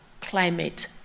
climate